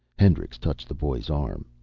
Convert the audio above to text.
hendricks touched the boy's arm.